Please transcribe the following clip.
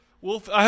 Wolf